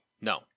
no